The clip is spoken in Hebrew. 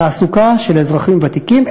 תעסוקה של אזרחים ותיקים,